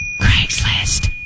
Craigslist